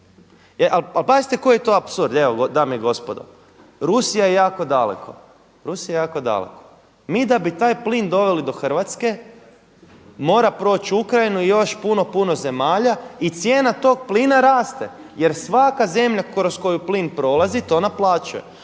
Ali pazite koji je to apsurd, dame i gospodo, Rusija je jako daleko mi da bi taj plin doveli do Hrvatske, mora proći Ukrajinu i još puno, puno zemalja i cijena tog plina raste jer svaka zemlja kroz koju plin prolazi to naplaćuje.